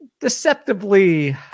Deceptively